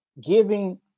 Giving